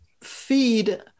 feed